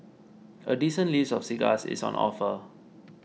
a decent list of cigars is on offer